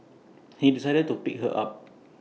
he decided to pick her up